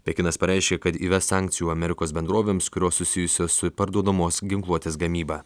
pekinas pareiškė kad įves sankcijų amerikos bendrovėms kurios susijusios su parduodamos ginkluotės gamyba